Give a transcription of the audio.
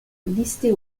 listée